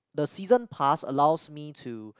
the season pass allows me to